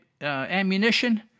ammunition